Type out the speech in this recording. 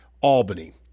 Albany